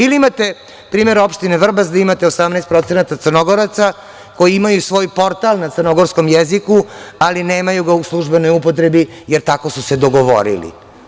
Ili imate primer opštine Vrbas, gde imate 18% procenata Crnogoraca koji imaju svoj portal na crnogorskom jeziku, ali ga nemaju u službenoj upotrebi, jer tako su se dogovorili.